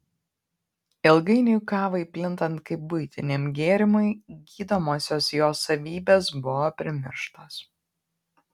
ilgainiui kavai plintant kaip buitiniam gėrimui gydomosios jos savybės buvo primirštos